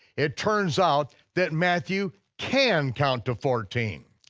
it turns out that matthew can count to fourteen.